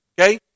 okay